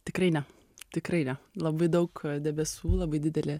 tikrai ne tikrai ne labai daug debesų labai didelė